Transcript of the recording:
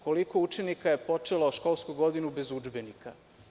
Koliko učenika je počelo školsku godinu bez udžbenika?